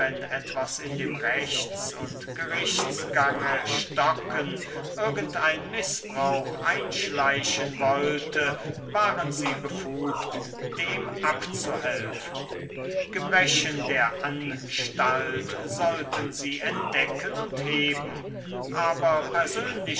etwas in dem rechts und gerichtsgange stocken irgend ein mißbrauch einschleichen wollte waren sie befugt dem abzuhelfen gebrechen der anstalt sollten sie entdecken und heben aber persönliche